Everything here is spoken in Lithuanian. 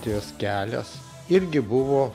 jos kelias irgi buvo